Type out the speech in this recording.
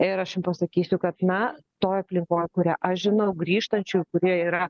ir aš jum pasakysiu kad na toj aplinkoj kurią aš žinau grįžtančių kurie yra